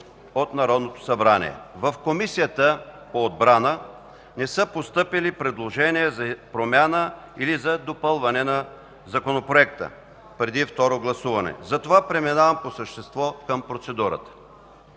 от Народното събрание” В Комисията по отбрана не са постъпили предложения за промяна или за допълване на Законопроекта преди второ гласуване. Затова преминавам по същество към процедурата.